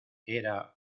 era